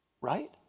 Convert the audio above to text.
Right